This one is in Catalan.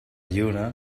lluna